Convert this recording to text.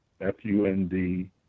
F-U-N-D